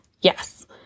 Yes